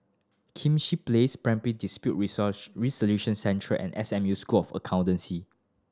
Place Primary Dispute Resolution Centre and S M U School of Accountancy